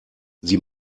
sie